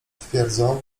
twierdzą